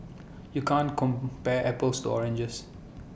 you can't compare apples to oranges